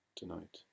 tonight